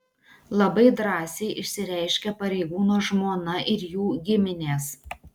labai drąsiai išsireiškė pareigūno žmona ir jų giminės